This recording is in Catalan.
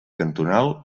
cantonal